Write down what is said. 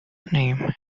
name